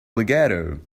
legato